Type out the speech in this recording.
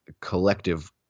collective